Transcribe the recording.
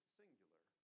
singular